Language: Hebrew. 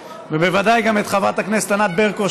ובוודאי גם את חברת הכנסת ענת ברקו,